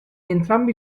entrambi